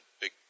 big